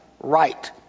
right